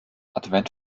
advent